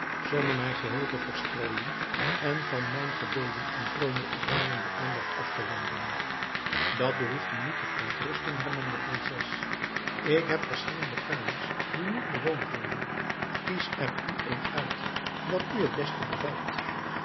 zonder mij geheel te verstrooien en van mijn gebeden en vrome oefeningen de aandacht af te wenden dat behoeft u niet te verontrusten hernam de prinses ik heb verschillende kamers die niet bewoond worden kies er u een uit dat u het beste bevalt